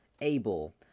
Able